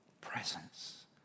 presence